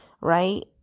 right